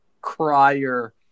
crier